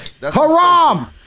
Haram